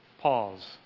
Pause